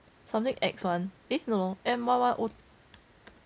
something X [one] eh no M one one zero